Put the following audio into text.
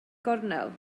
gornel